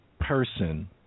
person